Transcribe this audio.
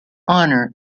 honour